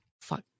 fuck